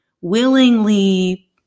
willingly